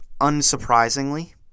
Unsurprisingly